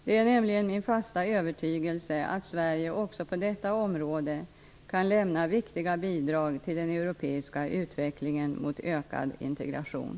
Det är nämligen min fasta övertygelse att Sverige också på detta område kan lämna viktiga bidrag till den europeiska utvecklingen mot ökad integration.